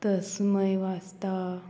तसमय वासता